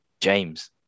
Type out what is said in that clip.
James